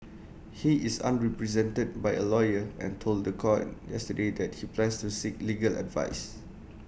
he is unrepresented by A lawyer and told The Court yesterday that he plans to seek legal advice